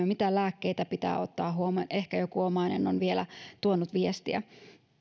mitä lääkkeitä pitää ottaa huomioon ja ehkä joku omainen on vielä tuonut viestiä